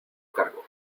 cargo